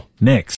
next